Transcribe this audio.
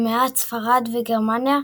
למעט ספרד וגרמניה,